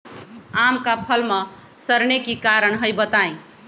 आम क फल म सरने कि कारण हई बताई?